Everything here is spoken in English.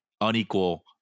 unequal